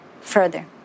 further